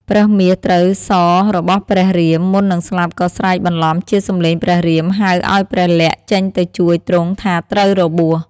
ប្រើសមាសត្រូវសររបស់ព្រះ រាម មុននឹងស្លាប់ក៏ស្រែកបន្លំជាសំឡេងព្រះរាមហៅឱ្យព្រះលក្សណ៍ចេញទៅជួយទ្រង់ថាត្រូវរបួស។